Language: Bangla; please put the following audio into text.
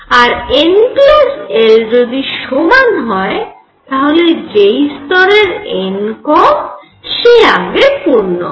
আর n l যদি সমান হয় তাহলে যেই স্তরের n কম সে আগে পূর্ণ হয়